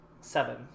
Seven